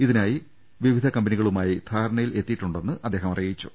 ഇതിനായി വിവിധ കമ്പനികളുമായി ധാരണയിൽ എത്തിയിട്ടുണ്ടെന്നും അദ്ദേഹം അറിയിച്ചു